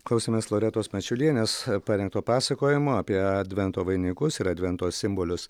klausėmės loretos mačiulienės parengto pasakojimo apie advento vainikus ir advento simbolius